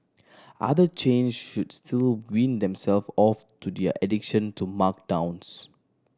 other chains should still wean themselves off to their addiction to markdowns